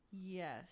Yes